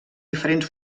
diferents